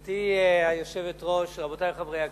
גברתי היושבת-ראש, רבותי חברי הכנסת,